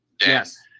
Yes